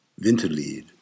Winterlied